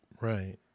Right